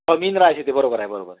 हो मीन राशिचा आहे बरोबर आहे बरोबर